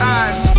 eyes